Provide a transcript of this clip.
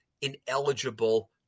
ineligible